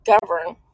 govern